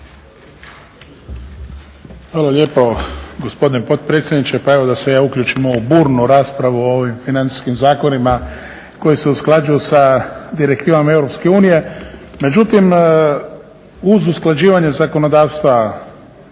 Hvala lijepa gospodine potpredsjedniče. Pa evo da se ja uključim u ovu burnu raspravu o ovim financijskim zakonima koji se usklađuju sa Direktivama EU. Međutim uz usklađivanje zakonodavstva